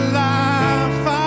life